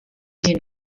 den